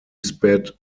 sped